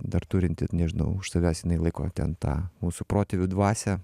dar turinti nežinau už savęs jinai laiko ten tą mūsų protėvių dvasią